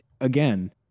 Again